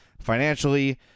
financially